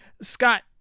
Scott